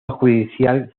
judicial